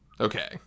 Okay